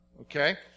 Okay